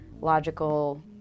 logical